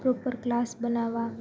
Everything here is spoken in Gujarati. પ્રોપર ક્લાસ બનાવવા